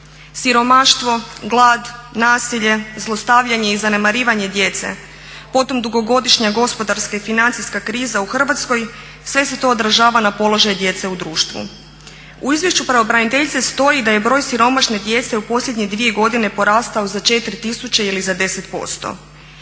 Siromaštvo, glad, nasilje, zlostavljanje i zanemarivanje djece, potom dugogodišnje gospodarska i financijska kriza u Hrvatskoj sve se to odražava na položaj djece u društvu. U izvješću pravobraniteljice stoji da je broj siromašne djece u posljednje dvije godine porastao za 4.000 ili za 10%.